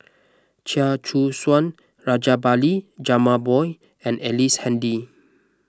Chia Choo Suan Rajabali Jumabhoy and Ellice Handy